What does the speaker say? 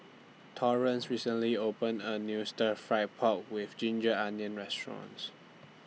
Torrence recently opened A New Stir Fried Pork with Ginger Onions Restaurant